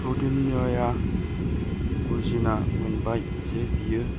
कौंडिन्यया बुजिना मोनबाय जे बियो